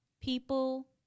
people